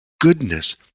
goodness